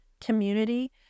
community